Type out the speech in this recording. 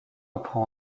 apprend